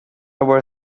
were